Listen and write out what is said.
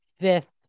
fifth